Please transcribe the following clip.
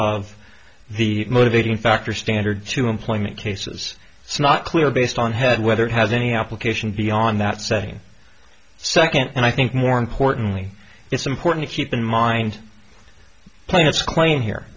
of the motivating factor standard to employment cases it's not clear based on head whether it has any application beyond that setting second i think more importantly it's important to keep in mind plaintiffs claim here